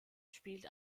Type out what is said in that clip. spielt